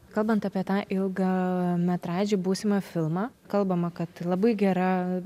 kalbant apie tą ilgą metražį būsimą filmą kalbama kad labai gera